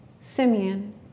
Simeon